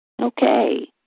Okay